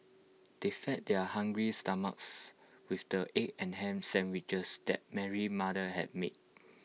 they fed their hungry stomachs with the egg and Ham Sandwiches that Mary's mother had made